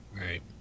Right